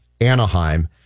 Anaheim